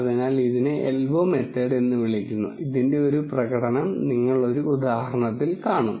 അതിനാൽ ഇതിനെ elbow method എന്ന് വിളിക്കുന്നു ഇതിന്റെ ഒരു പ്രകടനം നിങ്ങൾ ഒരു ഉദാഹരണത്തിൽ കാണും